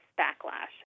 backlash